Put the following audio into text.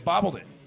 bobbled it